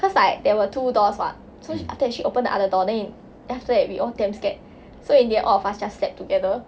cause like there were two doors [what] so after that she open the other door then after that we all damn scared so in the end all of us just slept together